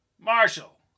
Marshall